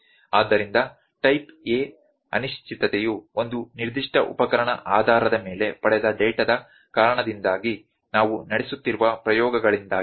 ಆದ್ದರಿಂದ type A ಅನಿಶ್ಚಿತತೆಯು ಒಂದು ನಿರ್ದಿಷ್ಟ ಉಪಕರಣಗಳ ಆಧಾರದ ಮೇಲೆ ಪಡೆದ ಡೇಟಾದ ಕಾರಣದಿಂದಾಗಿ ನಾವು ನಡೆಸುತ್ತಿರುವ ಪ್ರಯೋಗಗಳಿಂದಾಗಿ